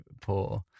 poor